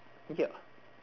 ya